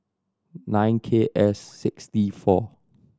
nine K S six T four